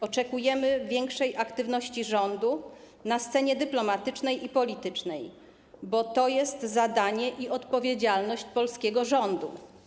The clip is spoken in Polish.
Oczekujemy większej aktywności rządu na scenie dyplomatycznej i politycznej, bo to jest zadanie i odpowiedzialność polskiego rządu.